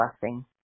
blessing